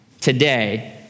today